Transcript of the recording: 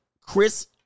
Chris